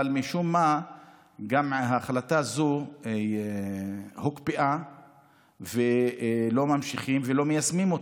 אבל משום מה גם ההחלטה הזאת הוקפאה ולא ממשיכים ולא מיישמים אותה.